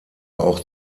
auch